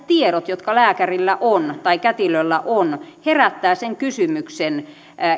tiedot jotka lääkärillä on tai kätilöllä on herättävät sen kysymyksen